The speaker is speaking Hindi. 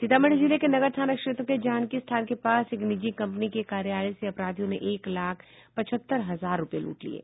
सीतामढ़ी जिले के नगर थाना क्षेत्र के जानकी स्थान के पास एक निजी कंपनी के कार्यालय से अपराधियों ने एक लाख पचहत्तर हजार रूपये लूट लिये